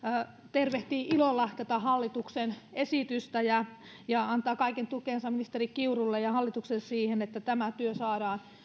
tervehtii ilolla tätä hallituksen esitystä ja ja antaa kaiken tukensa ministeri kiurulle ja hallitukselle siihen että tämä työ saadaan